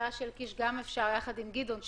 וההצעה של קיש גם אפשרית ביחד עם של גדעון,